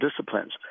disciplines